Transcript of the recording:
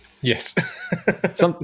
Yes